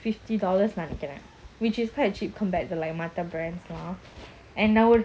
fifty dollars நெனைக்கிறேன்:nenaikren which is quite cheap compared to like மத்த:matha brands lah and now